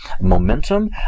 momentum